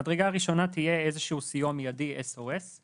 המדרגה הראשונה תהיה איזשהו סיוע מיידי, SOS,